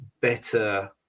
better